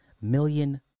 million